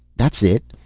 that's it!